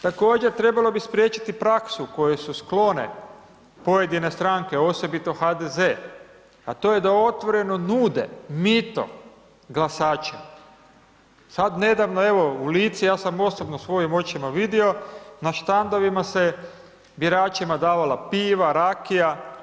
Također trebalo bi spriječiti praksu kojoj su sklone pojedine stranke, osobito HDZ, a to je da otvoreno nude mito glasačima, sad nedavno, evo u Lici, ja sam osobno svojim očima vidio, na štandovima se biračima davala piva, rakija.